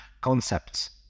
concepts